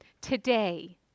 today